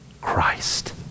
Christ